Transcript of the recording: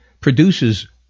produces